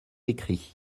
écrit